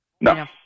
No